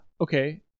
okay